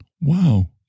Wow